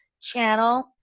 channel